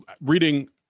reading